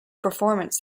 performance